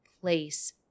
place